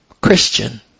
Christian